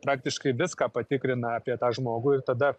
praktiškai viską patikrina apie tą žmogų ir tada